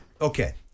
okay